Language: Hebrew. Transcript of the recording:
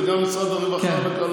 זה גם משרד הרווחה,